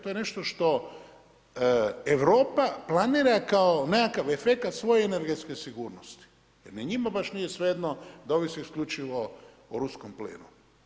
To je nešto što Europa planira kao nekakav efekat svoje energetske sigurnosti, jer ni njima nije baš svejedno da ovisi isključivo o ruskom plinu.